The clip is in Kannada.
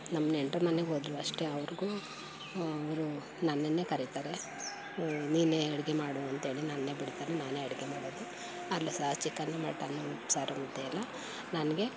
ನಮ್ಮ ನೆಂಟ್ರ ಮನೆಗೋದ್ರು ಅಷ್ಟೇ ಅವ್ರಿಗೂ ಅವರು ನನ್ನನ್ನೇ ಕರಿತಾರೆ ನೀನೇ ಅಡುಗೆ ಮಾಡು ಅಂಥೇಳಿ ನನ್ನೇ ಬಿಡ್ತಾರೆ ನಾನೇ ಅಡುಗೆ ಮಾಡೋದು ಅಲ್ಲಿ ಸಹ ಚಿಕನ್ನು ಮಟನ್ನು ಉಪ್ಸಾರು ಮುದ್ದೆ ಎಲ್ಲ ನನಗೆ